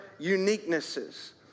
uniquenesses